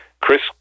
Chris